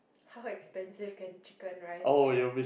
how expensive can chicken rice get